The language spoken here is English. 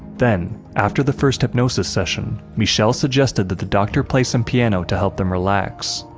then, after the first hypnosis session, michel suggested that the doctor play some piano to help them relax,